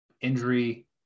injury